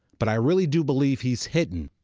but i really do believe he's hidden.